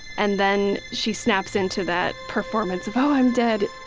and then she snaps into that performance of oh, i'm dead.